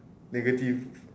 negative